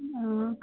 ആ